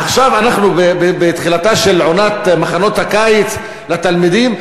עכשיו אנחנו בתחילתה של עונת מחנות הקיץ לתלמידים.